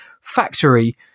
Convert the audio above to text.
factory